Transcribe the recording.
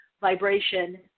vibration